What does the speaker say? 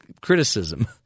criticism